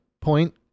point